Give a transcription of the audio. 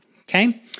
okay